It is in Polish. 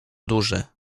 duży